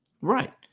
Right